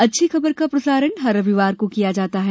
अच्छी खबर का प्रसारण हर रविवार को किया जाता है